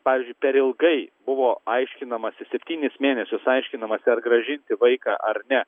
pavyzdžiui per ilgai buvo aiškinamasi septynis mėnesius aiškinamasi ar grąžinti vaiką ar ne